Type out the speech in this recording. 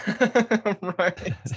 Right